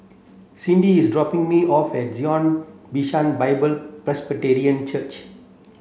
Cindy is dropping me off at Zion Bishan Bible Presbyterian Church